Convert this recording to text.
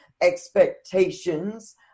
expectations